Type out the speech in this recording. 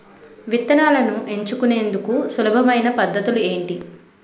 విత్తనాలను ఎంచుకునేందుకు సులభమైన పద్ధతులు ఏంటి?